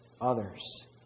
others